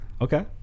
Okay